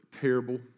terrible